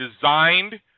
designed